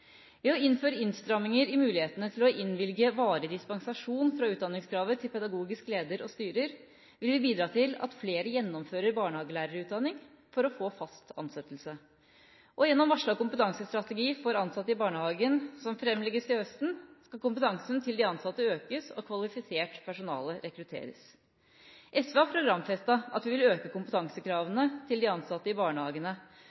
Ved å innføre innstramminger i muligheten til å innvilge varig dispensasjon fra utdanningskravet til pedagogisk leder og styrer vil vi bidra til at flere gjennomfører barnehagelærerutdanning for å få fast ansettelse. Og gjennom varslet kompetansestrategi for ansatte i barnehagen, som framlegges til høsten, skal kompetansen til de ansatte økes og kvalifisert personale rekrutteres. SV har programfestet at vi vil øke